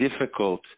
difficult